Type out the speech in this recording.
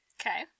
Okay